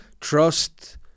Trust